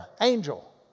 angel